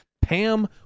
Pam